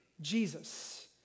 Jesus